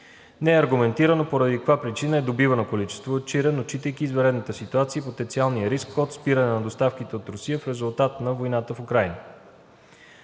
Не е аргументирано поради каква причина е добивано количество от Чирен, отчитайки извънредната ситуация и потенциалния риск от спиране на доставките от Русия в резултат на войната в Украйна.